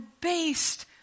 based